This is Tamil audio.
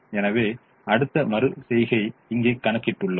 எனவே அடுத்த மறு செய்கையை இங்கே கணக்கிட்டுள்ளோம்